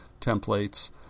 templates